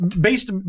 based